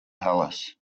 palace